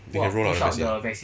they can roll out the vaccine